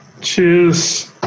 Cheers